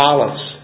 Olives